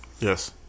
Yes